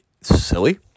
silly